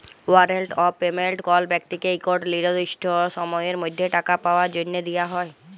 warrant of payment কল ব্যক্তিকে ইকট লিরদিসট সময়ের মধ্যে টাকা পাউয়ার জ্যনহে দিয়া হ্যয়